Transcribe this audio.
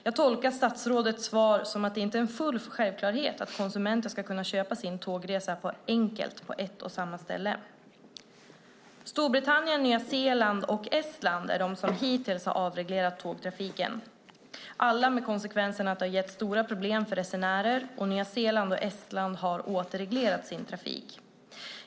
Jag tolkar statsrådets svar så att det inte är helt självklart att konsumenten enkelt, på ett och samma ställe, ska kunna köpa sin tågresa. Storbritannien, Nya Zeeland och Estland är länder som hittills har avreglerat tågtrafiken. I alla de länderna är konsekvensen att det blivit stora problem för resenärerna. Nya Zeeland och Estland har därför återreglerat sin trafik.